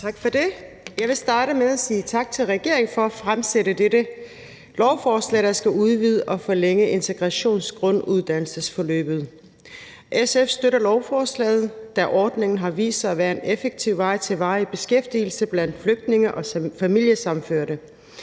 Tak for det. Jeg vil starte med at sige tak til regeringen for at fremsætte dette lovforslag, der skal udvide og forlænge integrationsgrunduddannelsesforløbet. SF støtter lovforslaget, da ordningen har vist sig at være en effektiv vej til varig beskæftigelse blandt flygtninge og familiesammenførte.